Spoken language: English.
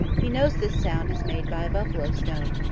he knows this sound is made by a buffalo stone.